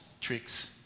tricks